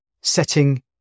setting